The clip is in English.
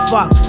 Fuck